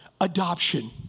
adoption